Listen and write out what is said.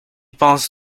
pense